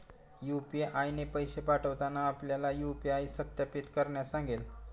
UPI ने पैसे पाठवताना आपल्याला यू.पी.आय सत्यापित करण्यास सांगेल